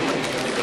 כי אתה